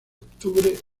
octubre